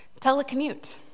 telecommute